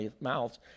mouths